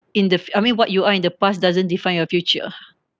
in the I mean what you are in the past doesn't define your future